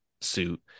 suit